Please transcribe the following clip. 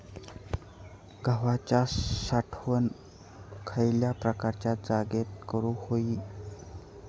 गव्हाची साठवण खयल्या प्रकारच्या जागेत करू होई?